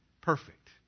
perfect